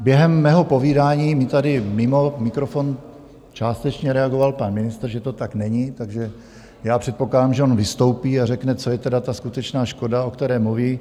Během mého povídání mi tady mimo mikrofon částečně reagoval pan ministr, že to tak není, takže já předpokládám, že on vystoupí a řekne, co je tedy ta skutečná škoda, o kterém mluví.